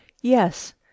yes